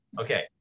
okay